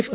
F